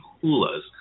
Hula's